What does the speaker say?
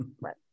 Right